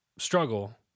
struggle